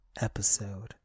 episode